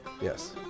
Yes